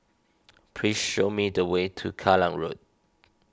please show me the way to Kallang Road